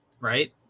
Right